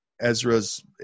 Ezra's